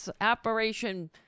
Operation